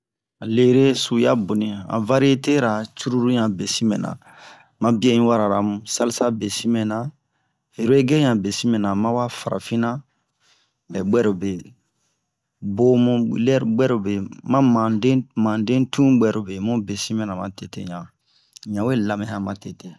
han lere su'uya boni han variete curulu ɲan besin mɛna ma bio n warala salsa besinna reggea ɲan besin mɛna ma wa farafinna buɛrobe bomu lɛ- buɛrobe ma mande mande tun buɛrobe mu besin mɛna ma tete ɲan n ɲan we lamɛ han tete